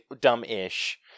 dumb-ish